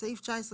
בסעיף